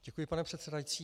Děkuji, pane předsedající.